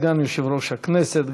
סגן יושב-ראש הכנסת,